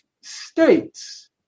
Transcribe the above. states